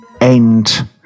end